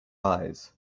eyes